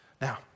Now